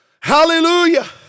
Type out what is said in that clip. Hallelujah